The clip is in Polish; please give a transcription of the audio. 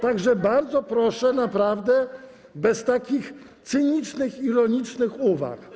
Tak że bardzo proszę, naprawdę, bez takich cynicznych, ironicznych uwag.